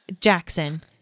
Jackson